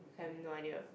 I have no idea